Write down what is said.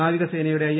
നാവികസേനയുടെ ഐ